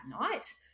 night